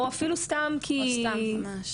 או אפילו סתם כי לא --- או סתם ממש,